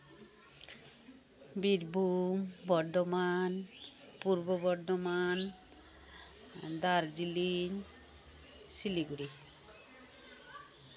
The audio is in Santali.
ᱵᱤᱨᱵᱷᱩᱢ ᱵᱚᱨᱫᱷᱚᱢᱟᱱ ᱯᱩᱨᱵᱚ ᱵᱚᱨᱫᱷᱚᱢᱟᱱ ᱫᱟᱨᱡᱤᱞᱤᱝ ᱥᱤᱞᱤᱜᱩᱲᱤ